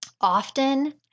often